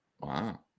Wow